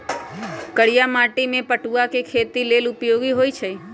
करिया माटि में पटूआ के खेती लेल उपयोगी होइ छइ